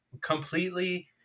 completely